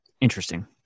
Interesting